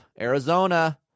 Arizona